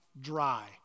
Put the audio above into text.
dry